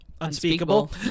unspeakable